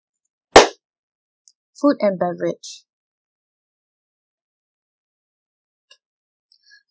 food and beverage